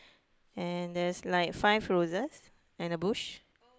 and there's like five roses and a bush